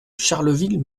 charleville